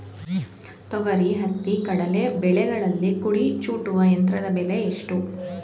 ತೊಗರಿ, ಹತ್ತಿ, ಕಡಲೆ ಬೆಳೆಗಳಲ್ಲಿ ಕುಡಿ ಚೂಟುವ ಯಂತ್ರದ ಬೆಲೆ ಎಷ್ಟು?